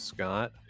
Scott